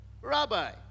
Rabbi